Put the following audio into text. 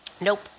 nope